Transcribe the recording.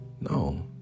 no